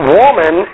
woman